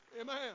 Amen